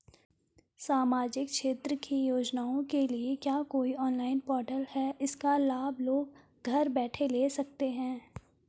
सामाजिक क्षेत्र की योजनाओं के लिए क्या कोई ऑनलाइन पोर्टल है इसका लाभ लोग घर बैठे ले सकते हैं?